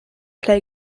play